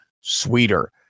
sweeter